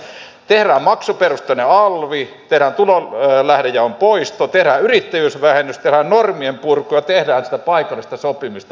tehdään maksuperusteinen alvi tehdään tulolähdejaon poisto tehdään yrittäjyysvähennys tehdään normienpurkua tehdään sitä paikallista sopimista